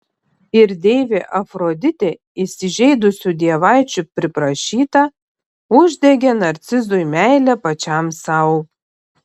ir deivė afroditė įsižeidusių dievaičių priprašyta uždegė narcizui meilę pačiam sau